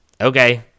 Okay